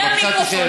בבקשה תשב.